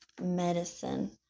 medicine